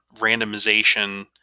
randomization